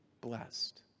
blessed